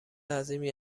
عظیمی